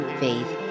faith